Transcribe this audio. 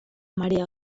marea